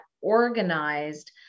organized